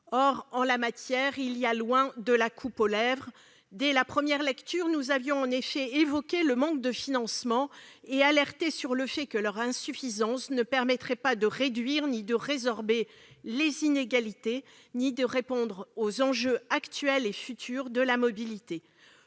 Or, en la matière, il y a loin de la coupe aux lèvres. Dès la première lecture, nous avions en effet évoqué le manque de financement et alerté sur le fait que leur insuffisance ne permettrait ni de réduire ni de résorber les inégalités, ni de répondre aux enjeux actuels et futurs de la mobilité.